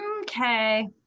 Okay